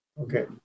Okay